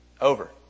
over